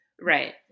Right